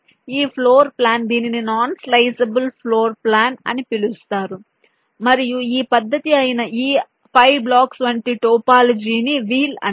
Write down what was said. ఈ floor plan దీనిని non sliceable floor plan అని పిలుస్తారు మరియు ఈ పద్ధతి అయిన ఈ 5 బ్లాక్స్ వంటి టోపోలాజీ ని వీల్ అంటారు